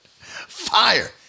fire